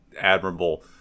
admirable